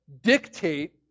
dictate